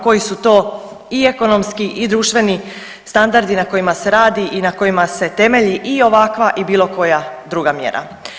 Koji su to i ekonomski i društveni standardi na kojima se radi i na kojima se temelji i ovakva i bilo koja druga mjera?